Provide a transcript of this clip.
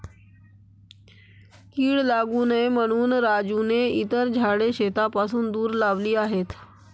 कीड लागू नये म्हणून राजूने इतर झाडे शेतापासून दूर लावली आहेत